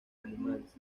animales